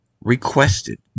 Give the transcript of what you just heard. requested